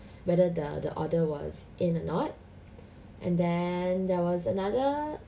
whether the the order was in or not and then there was another